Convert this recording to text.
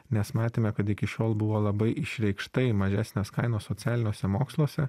nes matėme kad iki šiol buvo labai išreikštai mažesnės kainos socialiniuose moksluose